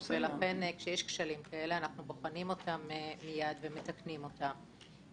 כשיש כשלים כאלה, אנחנו בוחנים ומתקנים אותם.